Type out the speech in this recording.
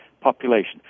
population